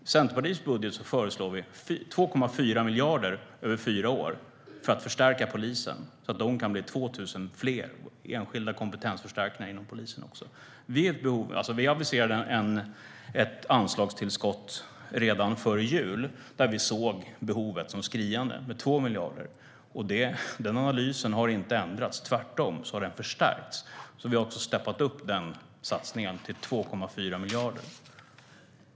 I Centerpartiets budget föreslår vi 2,4 miljarder över fyra år för att förstärka polisen, så att de kan bli 2 000 fler, och enskilda kompetensförstärkningar inom polisen också. Vi aviserade redan före jul ett anslagstillskott på 2 miljarder, eftersom vi såg behovet som skriande. Den analysen har inte ändrats, utan tvärtom har behovet förstärkts, så vi har trappat upp den satsningen till 2,4 miljarder.